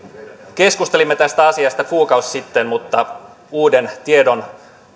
keskustelimme tästä asiasta kuukausi sitten mutta uuden tiedon